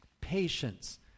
Patience